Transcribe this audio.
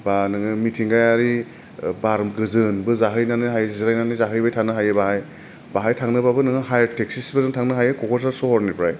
बा नोङो मिथिंगायारि बार गोजोनबो जाहैनो हायो जिरायनानै जाहैबाय थानो हायो बाहाय बाहाय थांनोबाबो नोङो हायार टेकस्सिफोरजों थांनो हायो क'क्राझार सहरनिफ्राय